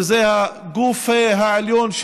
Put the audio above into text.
שזה הגוף העליון,